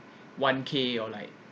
one K or like